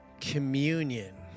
communion